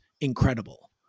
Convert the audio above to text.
incredible